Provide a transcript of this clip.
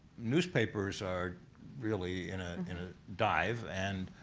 newspapers are really in ah in a dive and